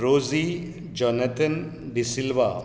rosy Jonathan D'Silva